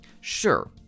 Sure